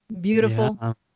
beautiful